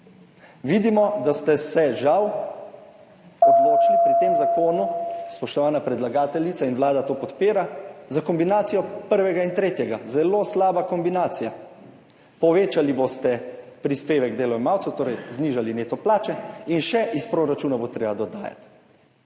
Vidimo, da ste se žal pri tem zakonu odločili, spoštovana predlagateljica, in Vlada to podpira, za kombinacijo prvega in tretjega. Zelo slaba kombinacija. Povečali boste prispevek delojemalcev, torej znižali neto plače, in še iz proračuna bo treba dodajati